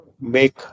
make